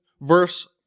verse